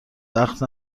وقت